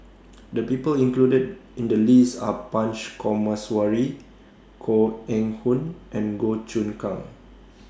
The People included in The list Are Punch Coomaraswamy Koh Eng Hoon and Goh Choon Kang